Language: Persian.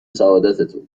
سعادتتون